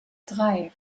drei